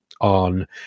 on